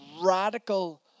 radical